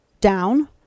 down